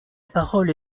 parole